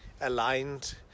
aligned